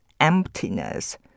emptiness